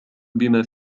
بما